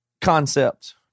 concept